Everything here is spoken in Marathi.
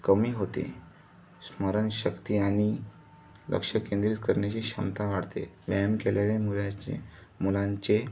कमी होते स्मरणशक्ती आणि लक्ष केंद्रित करण्याची क्षमता वाढते व्यायाम केलेले मुलाचे मुलांचे